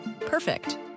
Perfect